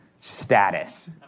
status